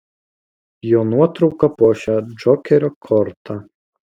jo nuotrauka puošia džokerio kortą